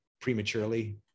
prematurely